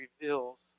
reveals